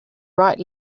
right